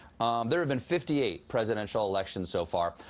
there have been fifty eight presidential elections, so far.